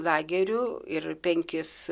lagerių ir penkis